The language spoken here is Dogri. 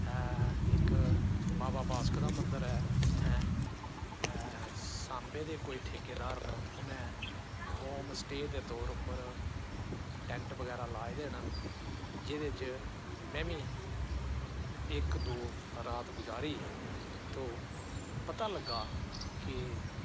इक बाबा बासक दा मन्दर ऐ उत्थें सांबे दे कोई ठेकेदार न उ'नें होम स्टे दे तौर उप्पर टैंट बगैरा लाए दे न जेह्दे च में बी इक दो रात गज़ारी तो पता लग्गा कि